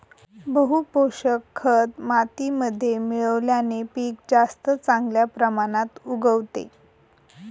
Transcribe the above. बहू पोषक खत मातीमध्ये मिळवल्याने पीक जास्त चांगल्या प्रमाणात उगवते